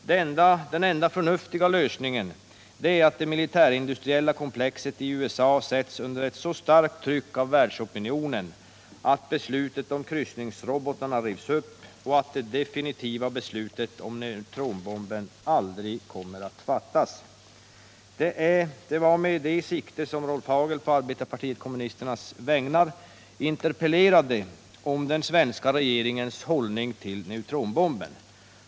Den enda förnuftiga lösningen är att det militärindustriella komplexet i USA sätts under ett så starkt tryck av världsopinionen att beslutet om kryssningsrobotarna rivs upp och det definitiva beslutet om neutronbomben aldrig kommer att fattas. Det var med detta i sikte som Rolf Hagel på arbetarpartiet kommunisternas vägnar interpellerade om den svenska regeringens hållning till neutronbomben.